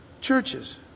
Churches